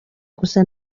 gusa